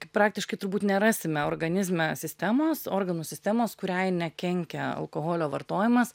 praktiškai turbūt nerasime organizme sistemos organų sistemos kuriai nekenkia alkoholio vartojimas